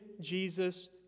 Jesus